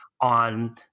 on